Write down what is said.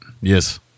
Yes